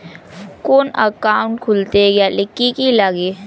কোন একাউন্ট খুলতে গেলে কি কি লাগে?